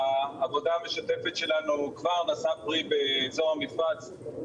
העבודה המשותפת שלנו כבר נשאה פרי באזור המפרץ,